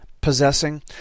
possessing